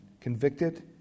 convicted